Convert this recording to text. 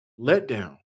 letdown